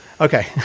Okay